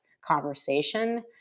conversation